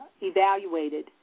evaluated